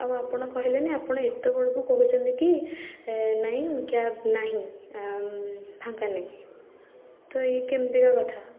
ଆଉ ଆପଣ କହିଲେନି ଆପଣ ଏତେବେଳକୁ କହୁଛନ୍ତି କି ଏ ନାଇଁ କ୍ୟାବ୍ ନାହିଁ ଫାଙ୍କା ନାଇଁ ତ ଇଏ କେମିତିକା କଥା